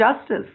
justice